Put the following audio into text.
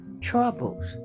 troubles